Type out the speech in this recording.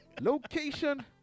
Location